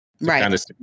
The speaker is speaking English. Right